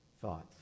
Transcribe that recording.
thoughts